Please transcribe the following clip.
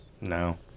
No